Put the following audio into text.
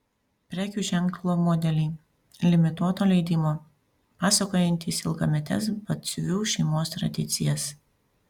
prekių ženklo modeliai limituoto leidimo pasakojantys ilgametes batsiuvių šeimos tradicijas